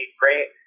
great